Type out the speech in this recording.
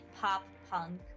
pop-punk